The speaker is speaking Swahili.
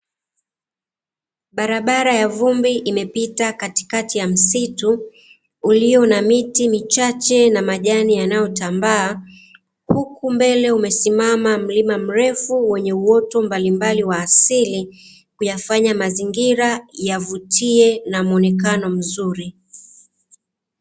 Barabara ya vumbi imepita katikati ya msitu, ulio na miti michache na majani yanayotambaa, huku mbele umesimama mlima mrefu wenye uoto mbalimbali wa asili, kuyafanya mazingira yavutie na muonekano mzuri.